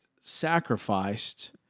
sacrificed